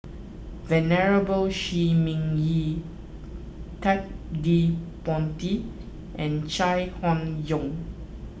Venerable Shi Ming Yi Ted De Ponti and Chai Hon Yoong